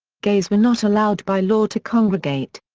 gays were not allowed by law to congregate.